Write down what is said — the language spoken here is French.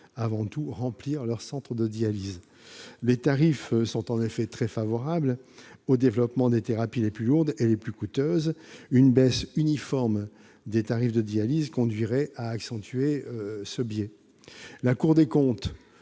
avant tout " remplir " leur centre de dialyse ». Les tarifs sont en effet très favorables au développement des thérapies les plus lourdes et les plus coûteuses. Une baisse uniforme des tarifs de dialyse conduirait à accentuer ce biais. La Cour des comptes,